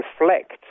reflect